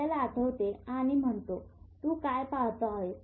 आपल्याला आठवते आणि म्हणतो तू काय पाहतो आहेस